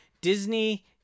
Disney